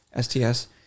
STS